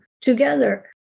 together